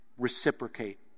Reciprocate